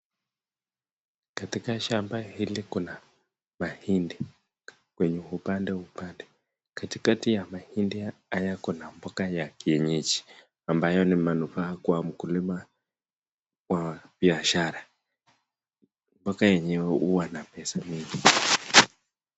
Katika shamba hili kuna mahindi kwenye upande upande, katikati ya mahindi haya kuna mboga ya kienyeji ambayo ni manufaa kwa mkulima wa biashara, mboga yenye huwa na pesa mingi.